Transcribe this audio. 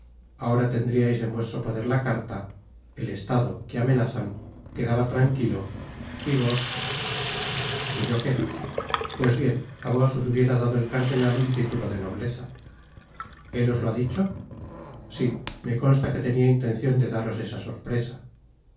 ahora tendriais en vuestro poder la carta el estado que amenazan quedaba tranquilo y vos y yo que pues bien á vos os hubiera dado el cardenal un titulo de nobteza él os lo ha dicho si me consta que tenia intencion de daros esa sorpresa